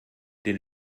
den